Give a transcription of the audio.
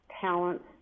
talents